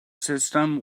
system